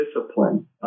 discipline